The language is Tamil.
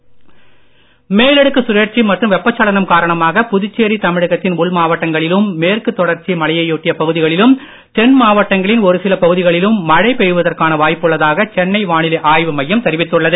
மழை மேலடுக்கு சுழற்சி மற்றும் வெப்பச்சலனம் காரணமாக புதுச்சேரி உள் மாவட்டங்களிலும் மேற்குத் தமிழகத்தின் தொடர்ச்சி மலையையொட்டிய பகுதிகளிலும் தென் மாவட்டங்களின் ஒரு சில பகுதிகளிலும் மழை பெய்வதற்கான வாய்ப்புள்ளதாக சென்னை வானிலை ஆய்வு மையம் தெரிவித்துள்ளது